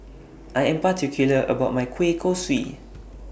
I Am particular about My Kueh Kosui